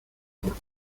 por